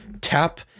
tap